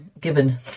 given